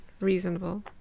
reasonable